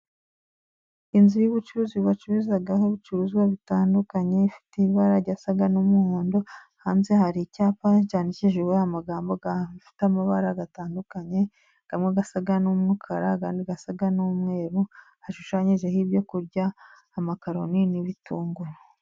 Inzu y'ubucuruzi bacuruzaho ibicuruzwa bitandukanye, ifite ibara risa n'umuhondo, hanze hari icyapa cyandikishijwe amagambo afite amabara atandukanye, amwe asa n'umukara andi asa n'umweru, hashushanyijeho ibyo kurya, amakaroni n'ibitunguru.